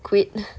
quit